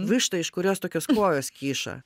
vištą iš kurios tokios kojos kyšo